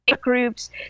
groups